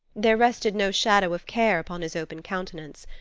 there rested no shadow of care upon his open countenance.